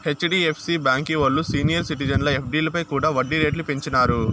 HDFC బాంకీ ఓల్లు senior సిటిజన్ల ఎఫ్డీలపై కూడా ఒడ్డీ రేట్లు పెంచినారు